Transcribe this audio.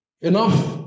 Enough